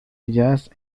jazz